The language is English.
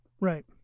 Right